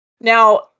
Now